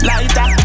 Lighter